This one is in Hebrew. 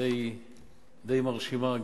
די מרשימה,